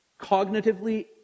cognitively